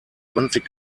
zwanzig